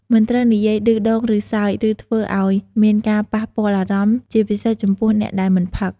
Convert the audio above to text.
មិនត្រូវនិយាយឌឺដង ឬសើច ឬធ្វើអោយមានការប៉ះពាល់អារម្មណ៍ ជាពិសេសចំពោះអ្នកដែលមិនផឹក។